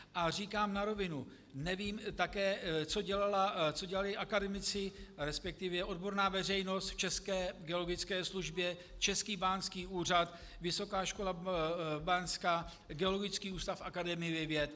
A říkám na rovinu, nevím také, co dělali akademici, resp. odborná veřejnost v České geologické službě, Český báňský úřad, Vysoká škola báňská, Geologický ústav Akademie věd.